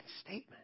statement